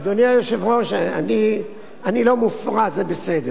אדוני היושב-ראש, אני לא מופרע, זה בסדר.